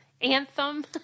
anthem